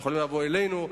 הם יכולים לבוא אלינו,